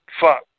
Fuck